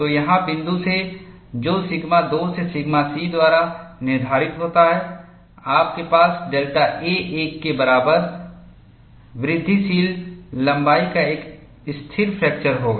तो यहाँ बिंदु से जो सिग्मा 2 से सिग्मा C द्वारा निर्धारित होता है आपके पास डेल्टा a1 के बराबर वृद्धिशील लंबाई का एक स्थिर फ्रैक्चर होगा